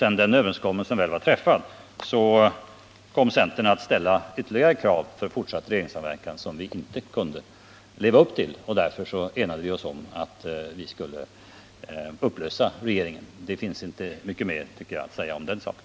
Sedan den överenskommelsen väl var träffad kom centern att ställa ytterligare krav för fortsatt regeringssamverkan som vi inte kunde leva upp till. Därför enades vi om att upplösa regeringen. Det finns inte mycket mer att säga om den saken.